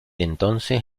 entonces